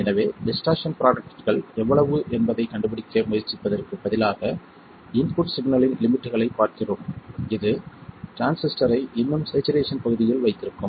எனவே டிஸ்டர்ஸன் ப்ரோடக்ட்கள் எவ்வளவு என்பதைக் கண்டுபிடிக்க முயற்சிப்பதற்குப் பதிலாக இன்புட் சிக்னலின் லிமிட்களைப் பார்க்கிறோம் இது டிரான்சிஸ்டரை இன்னும் ஸேச்சுரேஷன் பகுதியில் வைத்திருக்கும்